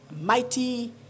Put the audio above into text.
mighty